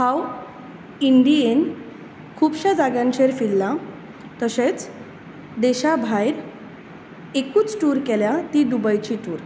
हांव इंडियेंत खुबश्या जाग्यांचेर फिरलां तशेंच देशा भायर एकूच टूर केल्या ती दुबयची टूर